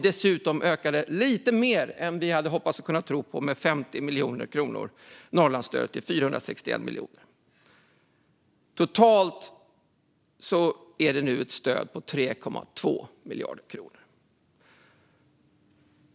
Dessutom ökades Norrlandsstödet med 50 miljoner kronor till 461 miljoner kronor - lite mer än vad vi hoppats och trott på. Totalt är det nu ett stöd på 3,2 miljarder kronor.